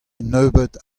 nebeut